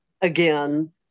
again